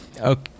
okay